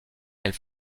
elle